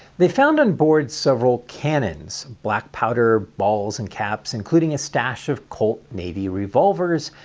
they found on board several cannons, black powder, balls and caps, including a stash of colt navy revolvers,